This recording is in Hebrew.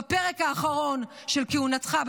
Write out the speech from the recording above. בפרק האחרון של כהונתך,